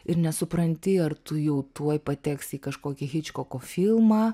ir nesupranti ar tu jau tuoj pateksi į kažkokį hičkoko filmą